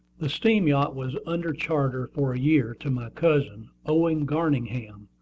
the steam-yacht was under charter for a year to my cousin, owen garningham,